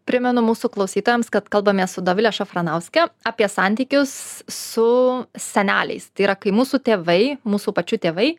primenu mūsų klausytojams kad kalbamės su dovile šafranauske apie santykius su seneliais tai yra kai mūsų tėvai mūsų pačių tėvai